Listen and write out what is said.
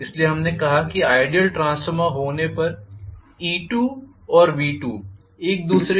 इसलिए हमने कहा कि आइडीयल ट्रांसफार्मर होने पर E2औरV2एक दूसरे के बराबर होंगे